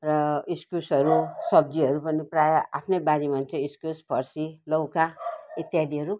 र इस्कुसहरू सब्जीहरू पनि प्रायः आफ्नै बारीमा इस्कुस फर्सी लौका इत्यादिहरू